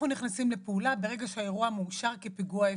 אנחנו נכנסים לפעולה ברגע שהאירוע מאושר כפיגוע איבה.